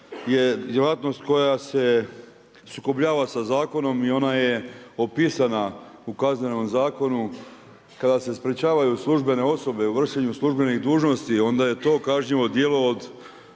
je djelatnost koja se sukobljava sa zakonom i ona je upisana u Kaznenom zakonu, kada se sprečavaju službene osobe u vršenju službenih dužnosti onda je to kažnjivo djelo od